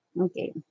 okay